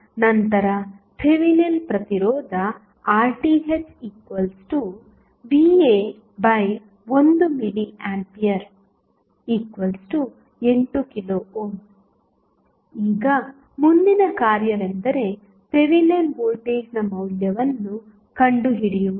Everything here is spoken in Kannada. ಆದ್ದರಿಂದ ನಂತರ ಥೆವೆನಿನ್ ಪ್ರತಿರೋಧ RThva1mA 8k ಈಗ ಮುಂದಿನ ಕಾರ್ಯವೆಂದರೆ ಥೆವೆನಿನ್ ವೋಲ್ಟೇಜ್ನ ಮೌಲ್ಯವನ್ನು ಕಂಡುಹಿಡಿಯುವುದು